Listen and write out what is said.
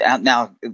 now